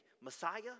messiah